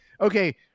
okay